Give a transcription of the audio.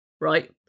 right